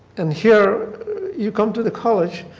and here you come to the college,